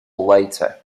later